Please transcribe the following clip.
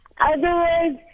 Otherwise